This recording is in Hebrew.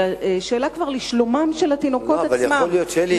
אלא שאלה לשלומם של התינוקות עצמם,